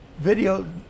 Video